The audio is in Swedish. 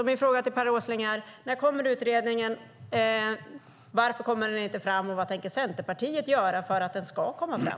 Min fråga till Per Åsling är: När kommer utredningen, varför kommer den inte fram och vad tänker Centerpartiet göra för att den ska komma fram?